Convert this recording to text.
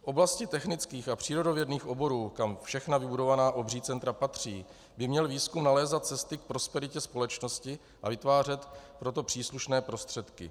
V oblasti technických a přírodovědných oborů, kam všechna vybudovaná obří centra patří, by měl výzkum nalézat cesty k prosperitě spolčenosti a vytvářet pro to příslušné prostředky.